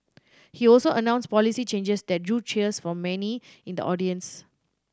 he also announced policy changes that drew cheers from many in the audience